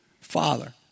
Father